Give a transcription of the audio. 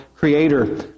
Creator